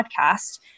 podcast